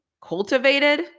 cultivated